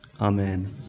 Amen